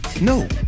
No